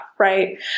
right